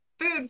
food